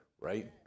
right